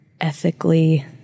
ethically